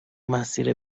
مسیر